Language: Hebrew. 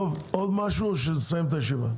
עוד משהו או שנסיים את הישיבה?